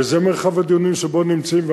וזה מרחב הדיונים שבו אנו נמצאים.